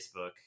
Facebook